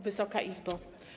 Wysoka Izbo!